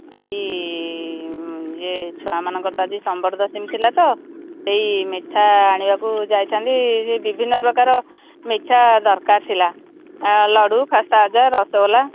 ଆଜି ଇଏ ଛୁଆମାନଙ୍କର ତ ଆଜି ସମ୍ବରଦଶମୀ ଥିଲା ତ ସେଇ ମିଠା ଆଣିବାକୁ ଯାଇଥାଛନ୍ତି ଯେ ବିଭିନ୍ନ ପ୍ରକାର ମିଠା ଦରକାର ଥିଲା ଲଡ଼ୁ ଖାସ୍ତାଖଜା ରସଗୋଲା